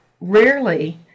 rarely